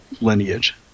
lineage